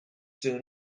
soon